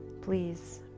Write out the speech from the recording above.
Please